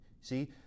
See